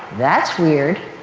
that's weird.